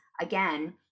again